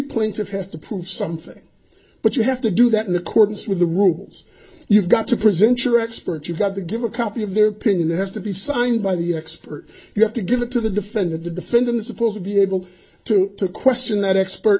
plaintiff has to prove something but you have to do that in accordance with the rules you've got to present your expert you've got to give a copy of their opinion that has to be signed by the expert you have to give it to the defendant the defendant supposed to be able to to question that expert